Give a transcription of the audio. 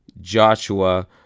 Joshua